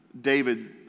David